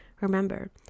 Remember